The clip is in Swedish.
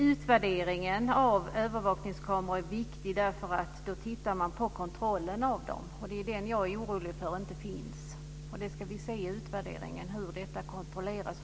Utvärderingen av övervakningskameror är viktig därför att man då tittar på kontrollen av dem. Det är den jag är orolig för inte finns. I utvärderingen ska vi se hur detta kontrolleras.